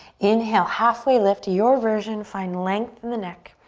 inhale, halfway lift, your version. find length in the neck.